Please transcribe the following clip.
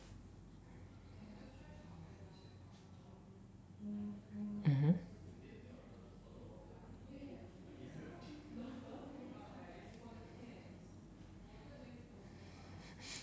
mmhmm